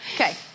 Okay